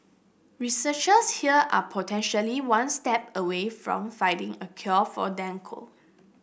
researchers here are potentially one step away from finding a cure for dengue